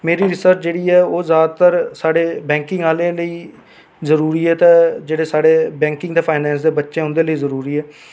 मेरी रिसर्च जेह्ड़ी ऐ ओह् जैदातर साढे बैंकिंग आह्लै लेई जरूरी ऐ ते जेह्ड़े साढे बैंकिंग ते फाईनान्स दे बच्चे न होंदे लेई जरूरी ऐ